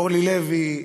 אורלי לוי,